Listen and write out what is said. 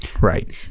Right